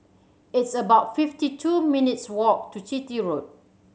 it's about fifty two minutes' walk to Chitty Road